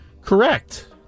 correct